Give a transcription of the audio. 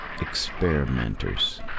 experimenters